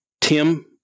Tim